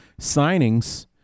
signings